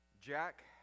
Jack